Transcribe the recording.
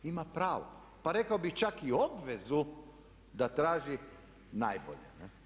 Ima pravo, pa rekao bih čak i obvezu da traži najbolje.